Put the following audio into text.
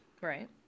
Right